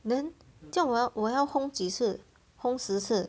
then 这样我要我要烘几次烘十次